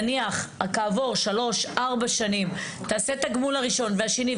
נניח כעבור 4-3 שנים תעשה את הגמול הראשון והשני,